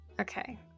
Okay